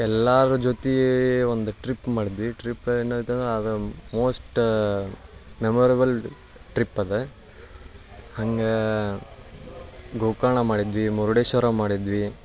ಎಲ್ಲರ ಜೊತೆ ಒಂದು ಟ್ರಿಪ್ ಮಾಡಿದ್ವಿ ಟ್ರಿಪ್ ಏನೈತಂದ್ರೆ ಅದು ಮೋಸ್ಟ ಮೆಮೊರೆಬಲ್ ಟ್ರಿಪ್ ಅದು ಹಂಗೇ ಗೋಕರ್ಣ ಮಾಡಿದ್ವಿ ಮುರ್ಡೇಶ್ವರ ಮಾಡಿದ್ವಿ